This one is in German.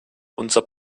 unser